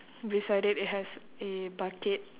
beside it it has a bucket